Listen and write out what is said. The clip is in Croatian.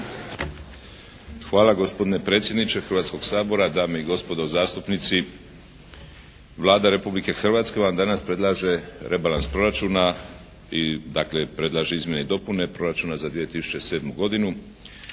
Hvala gospodine predsjedniče Hrvatskog sabora, dame i gospodo zastupnici. Vlada Republike Hrvatske vam danas predlaže rebalans proračuna i dakle predlaže izmjene i dopune Proračuna za 2007. godinu.